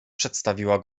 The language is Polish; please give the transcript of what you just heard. przedstawiła